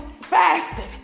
fasted